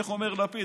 איך אומר לפיד?